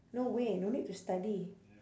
no way no need to study